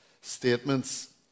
statements